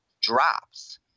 drops